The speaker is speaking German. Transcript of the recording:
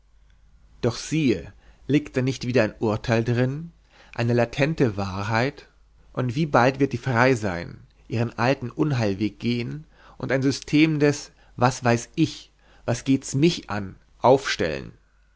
doch siehe liegt da nicht wieder ein urteil drin eine latente wahrheit und wie bald wird die frei sein ihren alten unheilweg gehen und ein system des was weiß ich was geht's mich an aufstellen